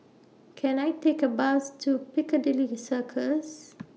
Can I Take A Bus to Piccadilly Circus